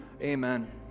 Amen